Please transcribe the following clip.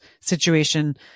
situation